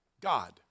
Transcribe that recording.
God